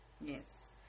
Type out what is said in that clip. Yes